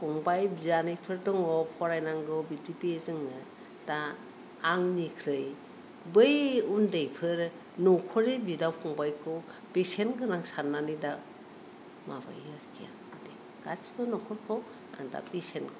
फंबाइ बियानैफोर दङ फरायनांगौ बिदि बे जोङो दा आंनिख्रुइ बै उन्दैफोर न'खरनि बिदा फंबाइखौ बेसेन गोनां साननानै दा माबायो आरोखि आं गासिबो न'खरखौ आं दा बेसेन